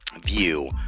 view